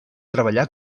treballar